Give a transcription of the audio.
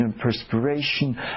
perspiration